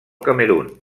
camerun